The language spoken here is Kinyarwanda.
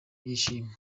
ibyishimo